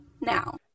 now